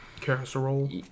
Casserole